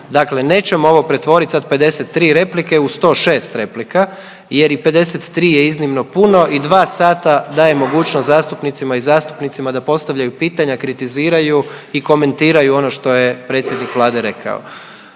Dakle, nećemo ovo pretvorit sad 53 replike u 106 replika, jer i 53 je iznimno puno i 2 sata dajem mogućnost zastupnicima i zastupnicama da postavljaju pitanja, kritiziraju i komentiraju ono što je predsjednik Vlade rekao.